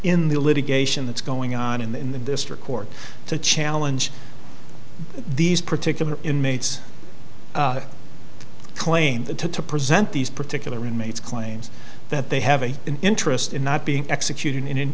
in the litigation that's going on in the district court to challenge these particular inmates claim that to present these particular inmates claims that they have an interest in not being executed in